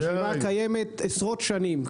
הרשימה קיימת עשרות שנים,